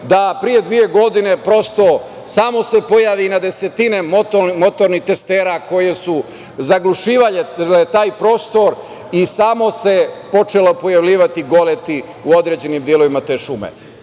da pre dve godine samo se pojavi na desetine motornih testera koje su zaglušivale taj prostor i samo se počela pojavljivati goleti u određenim delovima te šume. Ta